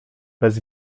bez